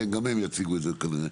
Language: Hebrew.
גם הם יציגו את זה כנראה.